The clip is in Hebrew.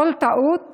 כל טעות